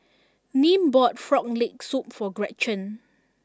Nim bought Frog Leg Soup for Gretchen